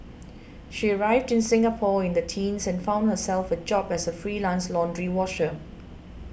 she arrived in Singapore in the teens and found herself a job as a freelance laundry washer